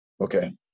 Okay